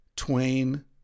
Twain